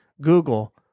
Google